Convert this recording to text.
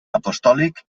apostòlic